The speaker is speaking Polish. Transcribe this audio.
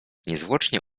niezwłocznie